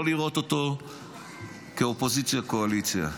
לא לראות אותו כאופוזיציה קואליציה.